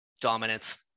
dominance